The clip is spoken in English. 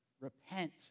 Repent